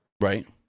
right